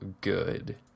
good